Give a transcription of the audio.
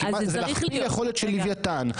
זה להכפיל יכולת של לווייתן,